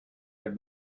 had